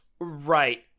Right